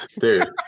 Dude